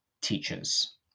teachers